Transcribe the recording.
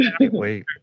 Wait